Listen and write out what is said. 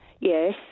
Yes